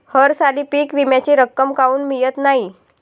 हरसाली पीक विम्याची रक्कम काऊन मियत नाई?